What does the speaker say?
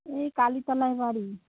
এই কালীতলায় বাড়ি